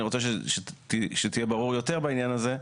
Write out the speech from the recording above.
אני רוצה שתהיה ברור יותר בעניין הזה.